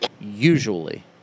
usually